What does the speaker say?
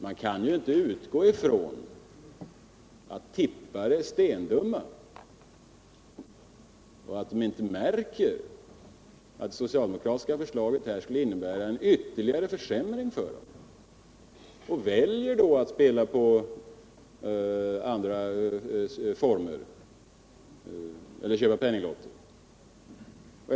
Man kan ju inte utgå ifrån att tippare är stendumma och inte märker att det socialdemokratiska förslaget skulle innebära en ytterligare försämring för dem. Man kan inte utgå ifrån att de inte väljer att spela i andra former eller att köpa penninglotter.